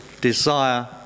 desire